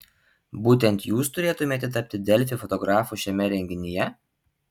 būtent jūs turėtumėte tapti delfi fotografu šiame renginyje